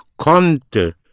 konnte